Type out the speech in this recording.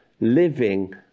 living